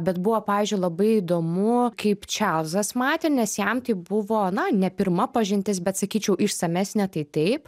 bet buvo pavyzdžiui labai įdomu kaip čarlzas matė nes jam tai buvo na ne pirma pažintis bet sakyčiau išsamesnė tai taip